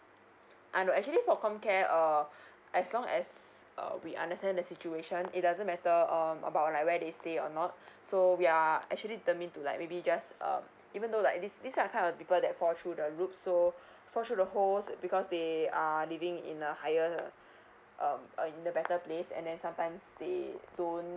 I'm actually for com care uh as long as uh we understand the situation it doesn't matter um about like where they stay or not so we are actually determine to like maybe just um even though like this this are kind of people that fall through the loop so fall through the hold because they are living in a higher um uh in a better place and then sometimes they don't